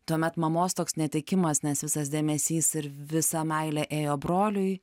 tuomet mamos toks netekimas nes visas dėmesys ir visa meilė ėjo broliui